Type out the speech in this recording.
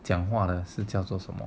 讲话的什叫做什么